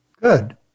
Good